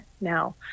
now